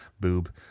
Boob